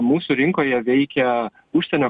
mūsų rinkoje veikia užsienio